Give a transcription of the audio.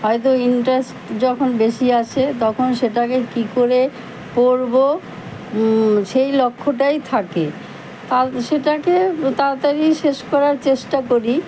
হয়তো ইন্টারেস্ট যখন বেশি আসে তখন সেটাকে কী করে পড়বো সেই লক্ষ্যটাই থাকে তা সেটাকে তাড়াতাড়ি শেষ করার চেষ্টা করি